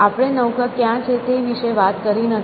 આપણે નૌકા ક્યાં છે તે વિશે વાત કરી નથી